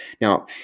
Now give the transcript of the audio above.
now